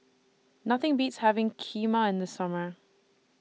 Nothing Beats having Kheema in The Summer